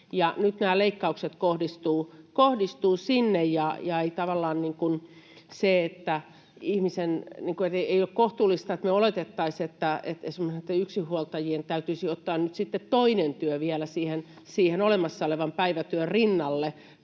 nyt nämä leikkaukset kohdistuvat sinne. Ei ole kohtuullista, että me oletettaisiin, että esimerkiksi yksinhuoltajien täytyisi ottaa nyt sitten toinen työ vielä siihen olemassa olevan päivätyön rinnalle,